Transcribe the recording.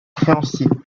créanciers